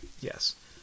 Yes